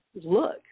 look